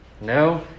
No